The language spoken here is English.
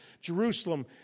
Jerusalem